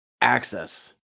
access